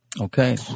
Okay